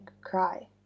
cry